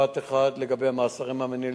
משפט אחד לגבי המעצרים המינהליים.